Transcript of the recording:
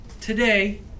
today